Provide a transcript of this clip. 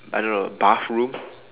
I don't know bathroom